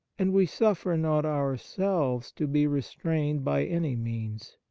and we suffer not ourselves to be restrained by any means.